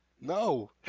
No